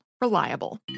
Reliable